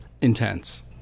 intense